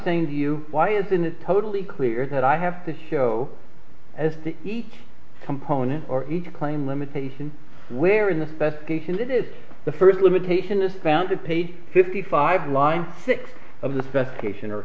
saying to you why isn't it totally clear that i have to show as each component or each claim limitation where in the specification that is the first limitation is found a paid fifty five line six of the specification or